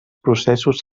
processos